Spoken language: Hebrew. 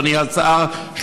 אדוני השר,